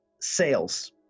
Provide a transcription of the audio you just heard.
sales